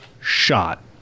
shot